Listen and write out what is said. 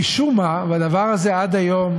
משום מה, והדבר הזה עד היום